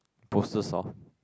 poses of